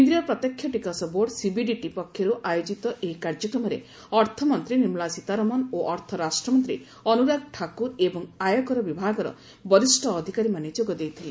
କେନ୍ଦ୍ରୀୟ ପ୍ରତ୍ୟକ୍ଷ ଟିକସ ବୋର୍ଡ଼ ସିବିଡିଟି ପକ୍ଷରୁ ଆୟୋଜିତ ଏହି କାର୍ଯ୍ୟକ୍ରମରେ ଅର୍ଥମନ୍ତୀ ନିର୍ମଳା ସୀତାରମଣ ଓ ଅର୍ଥ ରାଷ୍ଟ୍ରମନ୍ତୀ ଅନୁରାଗ ଠାକୁର ଏବଂ ଆୟକର ବିଭାଗର ବରିଷ ଅଧିକାରୀମାନେ ଯୋଗ ଦେଇଥିଲେ